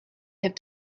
have